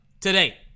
today